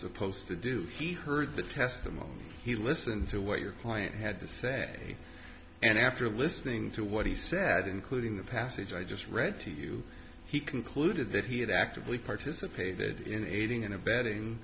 supposed to do he heard the testimony he listened to what your client had to say and after listening to what he said including the passage i just read to you he concluded that he had actively participated in aiding and abetting